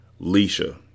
Leisha